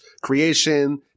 creation